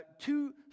two